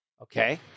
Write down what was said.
okay